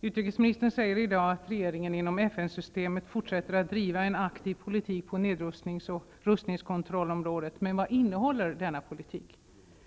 Utrikesministern säger i dag att regeringen inom FN-systemet fortsätter att driva en aktiv politik på nedrustnings och rustningskontrollområdet. Men vad innehåller denna politik?